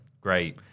great